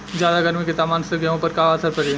ज्यादा गर्मी के तापमान से गेहूँ पर का असर पड़ी?